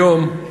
היום,